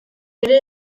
ere